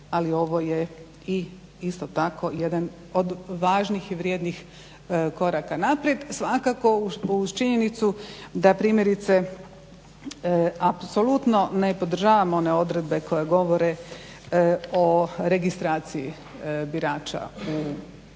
ali ovo je isto tako jedan ova važnih i vrijednih koraka naprijed, svakako uz činjenicu da primjerice apsolutno ne podržavam one odredbe o registraciji birača primjerice